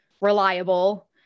reliable